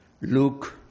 Luke